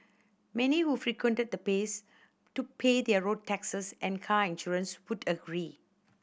many who frequented the place to pay their road taxes and car insurance would agree